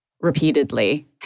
repeatedly